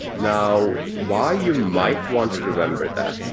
now, why you might want to remember that?